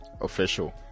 Official